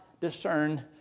discern